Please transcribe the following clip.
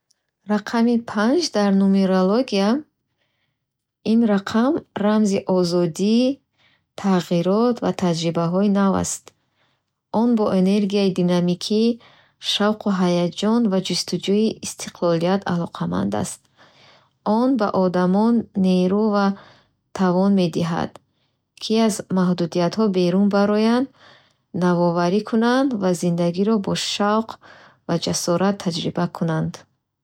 Рақами панҷ дар нумерология. Ин рақам рамзи озодӣ, тағйирот ва таҷрибаҳои нав аст. Он бо энергияи динамикӣ, шавқу ҳаяҷон ва ҷустуҷӯи истиқлолият алоқаманд аст. Он ба одамон нерӯ ва тавон медиҳад, ки аз маҳдудиятҳо берун бароянд, навоварӣ кунанд ва зиндагиро бо шавқ ва ҷасорат таҷриба кунанд.